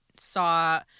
saw –